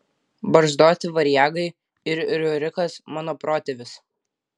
barzdoti variagai ir riurikas mano protėvis